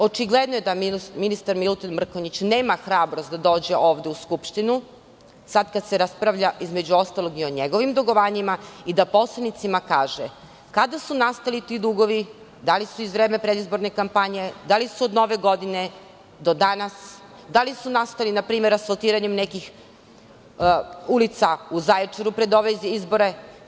Očigledno je da ministar Milutin Mrkonjić nema hrabrost da dođe ovde u Skupštinu sada kada se raspravlja, između ostalog, i o njegovim dugovanjima i da poslanicima kaže kada su nastali ti dugovi, da li su iz vremena predizborne kampanje, da li su od nove godine do danas, da li su nastali npr. asfaltiranjem nekih ulica u Zaječaru pred ove izbore.